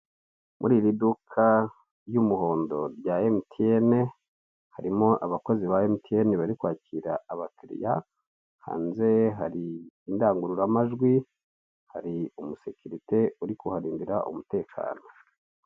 Muri iri duka ry'umuhondo rya emutiyene, harimo abakozi ba emutiyene bari kwakira abakiriya. Hanze hari indangururamajwi, hari umusekirite uri kuharindira umutekano.